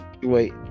Wait